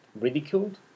ridiculed